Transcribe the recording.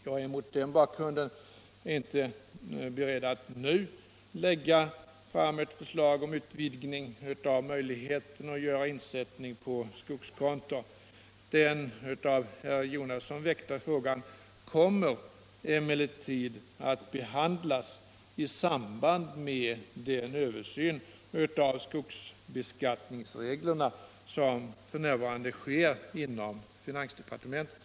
Jag är mot denna bakgrund inte beredd att nu lägga fram ett förslag om utvidgning av möjligheten att göra insättning på skogskonto. Den av herr Jonasson väckta frågan kommer emellertid att behandlas i samband med den översyn av skogsbeskattningsreglerna som f. n. sker inom finansdepartementet.